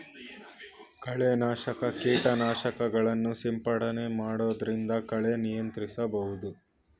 ಕಳೆ ನಾಶಕ ಕೀಟನಾಶಕಗಳನ್ನು ಸಿಂಪಡಣೆ ಮಾಡೊದ್ರಿಂದ ಕಳೆ ನಿಯಂತ್ರಿಸಬಹುದು